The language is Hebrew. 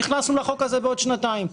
נכנסנו לחוק הזה בעוד שנתיים,